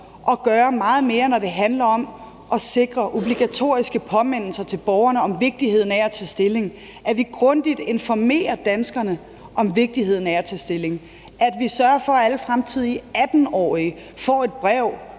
at gøre meget mere, når det handler om at sikre obligatoriske påmindelser til borgerne om vigtigheden af at tage stilling – altså at vi grundigt informerer danskerne om vigtigheden af at tage stilling, og at vi sørger for, at alle fremtidige 18-årige får et brev,